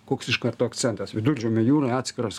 koks iš karto akcentas viduržemio jūroj atskiras